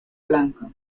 blanca